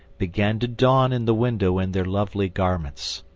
began to dawn in the window in their lovely garments.